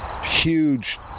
huge